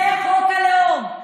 זה חוק הלאום.